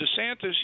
desantis